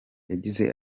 yagize